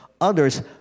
others